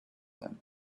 them